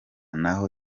naho